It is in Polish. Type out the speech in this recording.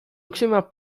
oczyma